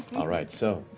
all right, so,